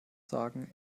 sagen